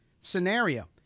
Scenario